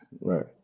Right